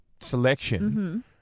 selection